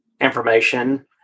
information